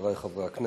חברי חברי הכנסת,